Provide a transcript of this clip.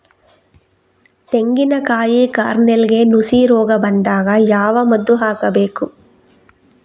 ತೆಂಗಿನ ಕಾಯಿ ಕಾರ್ನೆಲ್ಗೆ ನುಸಿ ರೋಗ ಬಂದಾಗ ಯಾವ ಮದ್ದು ಹಾಕಬೇಕು?